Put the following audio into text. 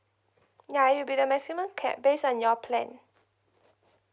ya it'll be the maximum cap based on your plan